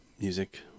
music